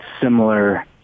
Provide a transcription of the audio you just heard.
similar